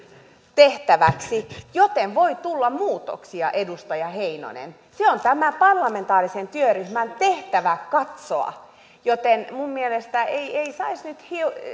tehtäväksi joten voi tulla muutoksia edustaja heinonen se on tämän parlamentaarisen työryhmän tehtävä katsoa joten minun mielestäni ei ei saisi nyt